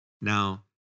Now